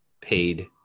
paid